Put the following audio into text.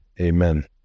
Amen